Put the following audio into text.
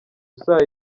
isaa